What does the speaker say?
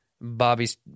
Bobby's